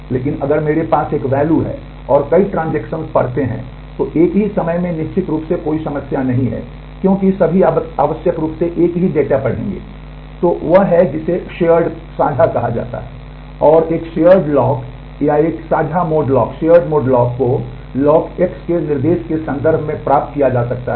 लेकिन अगर मेरे पास एक वैल्यू को लॉक X निर्देश के संदर्भ में प्राप्त किया जा सकता है